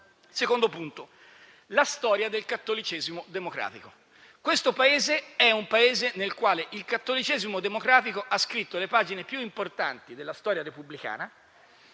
secondo tema è la storia del cattolicesimo democratico. L'Italia è un Paese nel quale il cattolicesimo democratico ha scritto le pagine più importanti della storia repubblicana